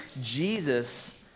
Jesus